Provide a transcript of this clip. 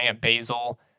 Basil